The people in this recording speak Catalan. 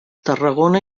tarragona